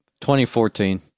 2014